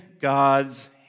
God's